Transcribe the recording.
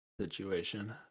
situation